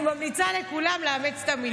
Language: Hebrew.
אני ממליצה לכולם לאמץ את המנהג.